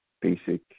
basic